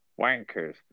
Wankers